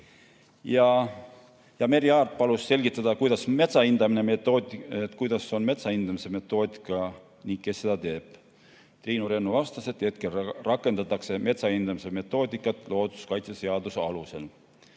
Merry Aart palus selgitada, milline on metsa hindamise metoodika ning kes seda teeb. Triinu Rennu vastas, et hetkel rakendatakse metsa hindamise metoodikat looduskaitseseaduse alusel.